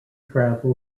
travel